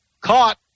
caught